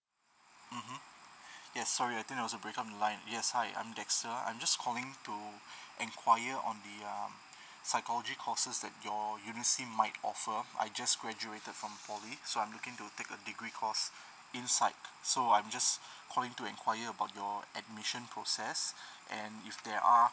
mmhmm yes sorry I think there's a break up in line yes hi I'm dexter I'm just calling to enquire on the um psychology courses that your univeristy might offer I just graduated from poly so I'm looking to take a degree course inside so I'm just calling to enquire about your admission process and if there are